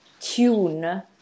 tune